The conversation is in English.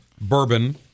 bourbon